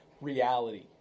reality